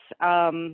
Yes